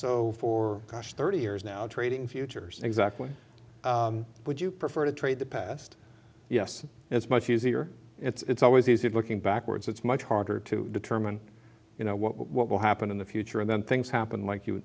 so for gosh thirty years now trading futures exactly would you prefer to trade the past yes it's much easier it's always easier looking backwards it's much harder to determine you know what will happen in the future and then things happen like you